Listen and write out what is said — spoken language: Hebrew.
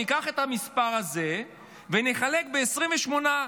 ניקח את המספר הזה ונחלק ב-28,